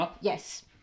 Yes